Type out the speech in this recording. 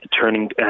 turning